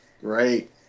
great